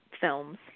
films